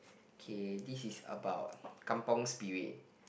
k this is about kampung Spirit